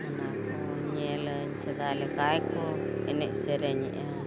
ᱚᱱᱟ ᱠᱚ ᱧᱮᱞᱟᱹᱧ ᱥᱮᱫᱟᱭ ᱞᱮᱠᱟ ᱜᱮᱠᱚ ᱮᱱᱮᱡ ᱥᱮᱨᱮᱧᱮᱫᱟ